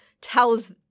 tells